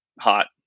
hot